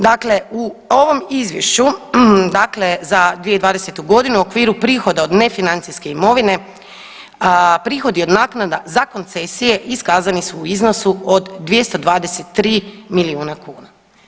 Dakle, u ovom izvješću, dakle za 2020. godinu u okviru prihoda od nefinancijske imovine, prihodi od naknada za koncesije, iskazani su u iznosu od 223 milijuna kuna.